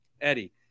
Eddie